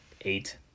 eight